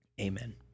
Amen